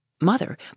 Mother